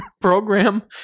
program